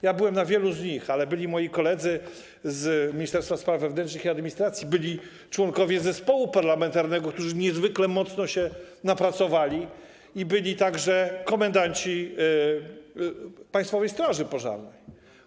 Ja byłem na wielu z nich, byli też moi koledzy z Ministerstwa Spraw Wewnętrznych i Administracji, byli członkowie zespołu parlamentarnego, którzy niezwykle mocno się napracowali, i byli także komendanci Państwowej Straży Pożarnej.